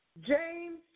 James